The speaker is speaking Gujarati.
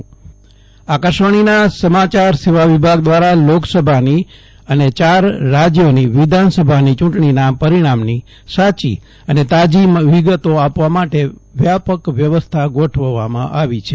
જયદિપ વૈષ્ણવ આકાશવાણી બુલેટીન આકાશવાણીના સમાચાર સેવા વિભાગ દ્વારા લોકસભાની અને યાર રાજ્યોની વિધાનસભાનેયૂંટણીના પરિણામની સાચી અને તાજી વિગતો આપવા માટે વ્યાપક વ્યવસ્થા ગોઠવવામાં આવી છે